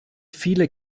viele